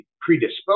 predisposed